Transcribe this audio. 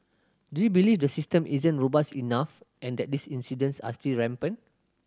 do you believe the system isn't robust enough and that these incidents are still rampant